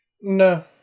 No